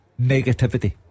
negativity